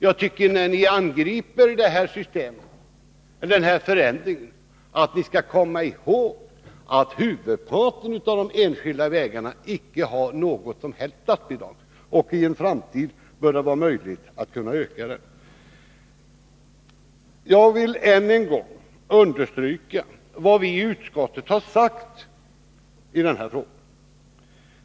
Jag tycker att ni när ni angriper den här förändringen skall komma ihåg att huvudparten av de enskilda vägarna icke har något som helst statsbidrag. I en framtid bör det vara möjligt att ändra på det. Jag vill än en gång understryka vad vi i utskottet har sagt i denna fråga.